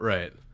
Right